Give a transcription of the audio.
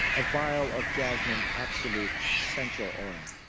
a vile of jasmine absolute essential oil.